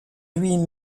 lui